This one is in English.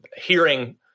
hearing